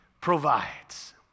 provides